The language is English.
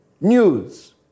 News